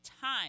time